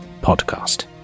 Podcast